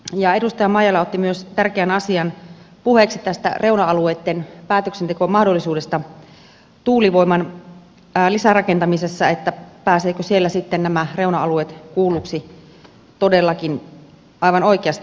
edustaja maijala otti myös tärkeän asian puheeksi tästä reuna alueitten päätöksentekomahdollisuudesta tuulivoiman lisärakentamisessa pääsevätkö siellä sitten nämä reuna alueet kuulluiksi todellakin aivan oikeasti